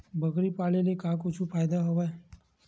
बकरी पाले ले का कुछु फ़ायदा हवय?